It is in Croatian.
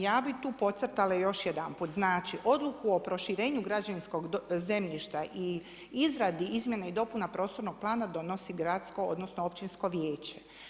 Ja bi tu podcrtala još jedanput znači odluku o proširenju građevinskog zemljišta i izradi izmjene i dopuna prostornog plana donosi gradsko odnosno općinsko vijeće.